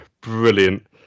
Brilliant